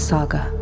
Saga